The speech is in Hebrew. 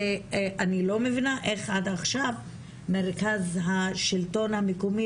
אני לא מבינה איך עד עכשיו מרכז השלטון המקומי,